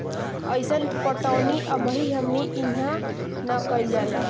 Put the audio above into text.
अइसन पटौनी अबही हमनी इन्हा ना कइल जाला